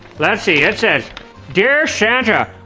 let's see. it says dear santa,